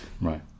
Right